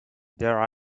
their